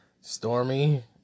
Stormy